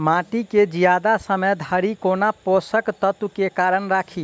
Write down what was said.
माटि केँ जियादा समय धरि कोना पोसक तत्वक केँ कायम राखि?